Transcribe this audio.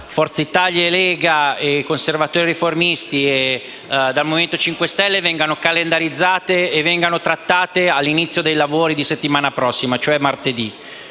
Forza Italia, Lega, Conservatori e Riformisti e Movimento 5 Stelle vengano calendarizzare e vengano trattate all'inizio dei lavori della prossima settimana, cioè martedì.